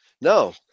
No